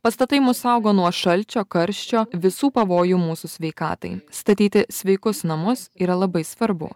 pastatai mus saugo nuo šalčio karščio visų pavojų mūsų sveikatai statyti sveikus namus yra labai svarbu